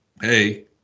hey